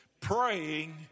praying